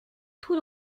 tout